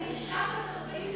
אני אישה בת 48,